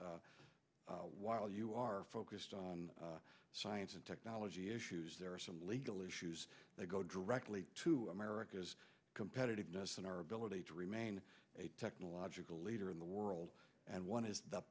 while you are focused on science and technology issues there are some legal issues that go directly to america's competitiveness and our ability to remain a technological leader in the world and one is the